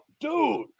Dude